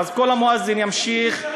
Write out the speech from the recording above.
קול המואזין ימשיך,